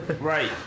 right